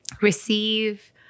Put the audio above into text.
receive